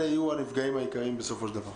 אלה יהיו הנפגעים העיקריים בסופו של דבר.